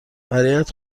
برایت